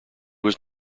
was